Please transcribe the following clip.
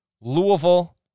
Louisville